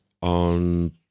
on